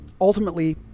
ultimately